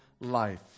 life